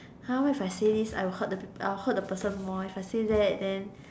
!huh! what if I say this I will hurt the people I will hurt the person more if I say that then